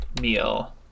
meal